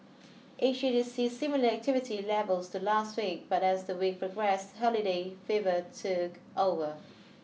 Asia did see similar activity levels to last week but as the week progress holiday fever took over